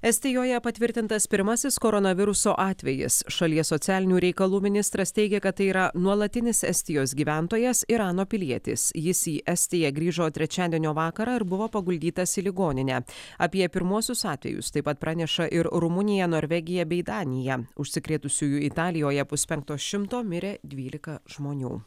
estijoje patvirtintas pirmasis koronaviruso atvejis šalies socialinių reikalų ministras teigia kad tai yra nuolatinis estijos gyventojas irano pilietis jis į estiją grįžo trečiadienio vakarą ir buvo paguldytas į ligoninę apie pirmuosius atvejus taip pat praneša ir rumunija norvegija bei danija užsikrėtusiųjų italijoje puspenkto šimto mirė dvylika žmonių